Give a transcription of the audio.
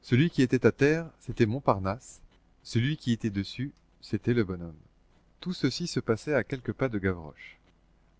celui qui était à terre c'était montparnasse celui qui était dessus c'était le bonhomme tout ceci se passait à quelques pas de gavroche